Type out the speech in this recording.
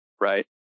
right